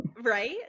right